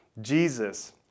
Jesus